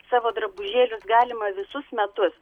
savo drabužėlius galima visus metus